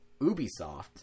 ubisoft